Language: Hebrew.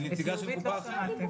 אני מקופת חולים לאומית.